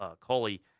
Coley